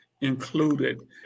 included